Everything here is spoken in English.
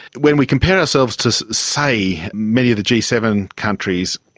when we compare ourselves to, say, many of the g seven countries,